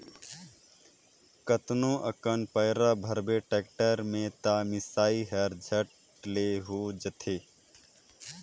कतनो अकन पैरा भरबे टेक्टर में त मिसई हर झट ले हो जाथे